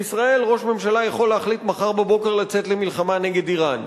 בישראל ראש ממשלה יכול להחליט מחר בבוקר לצאת למלחמה נגד אירן.